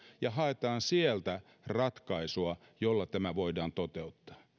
ja haetaan sieltä ratkaisua jolla tämä voidaan toteuttaa